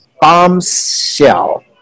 bombshell